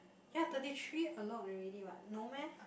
ya thirty three a lot already what no meh